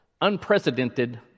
unprecedented